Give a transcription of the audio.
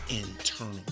internal